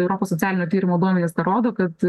europos socialinio tyrimo duomenys ką rodo kad